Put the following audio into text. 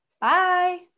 Bye